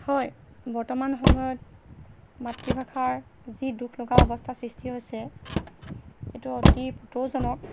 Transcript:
হয় বৰ্তমান সময়ত মাতৃভাষাৰ যি দুখ লগা অৱস্থাৰ সৃষ্টি হৈছে এইটো অতি পুতৌজনক